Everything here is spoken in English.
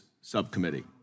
subcommittee